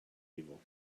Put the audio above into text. evil